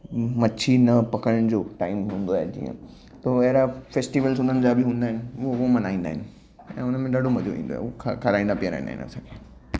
मच्छी न पकड़नि जो टाइम हूंदो आहे जीअं त अहिड़ा फेस्टिवल्स हुननि जा बि हूंदा आहिनि उहो मल्हाईंदा आहिनि ऐं उनमें ॾाढो मज़ो ईंदो आहे उहो खाराईंदा पीआराईंदा आहिनि असांखे